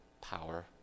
power